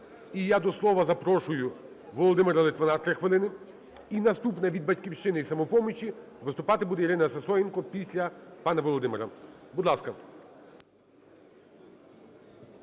І я до слова запрошую Володимира Литвина, 3 хвилини. І наступне: від "Батьківщини" і "Самопомочі" виступати буде Ірина Сисоєнко після пана Володимира. Будь ласка.